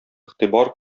игътибар